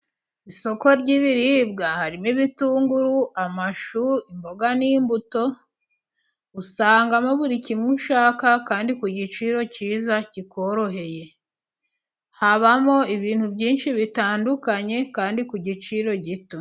Isoko ry'ibiribwa harimo: ibitunguru, amashu, imboga n'imbuto, usangamo buri kimwe ushaka kandi ku giciro cyiza kikoroheye, habamo ibintu byinshi bitandukanye kandi ku giciro gito.